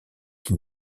qui